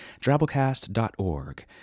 drabblecast.org